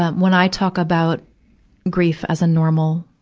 when i talk about grief as a normal,